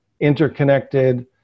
interconnected